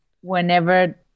whenever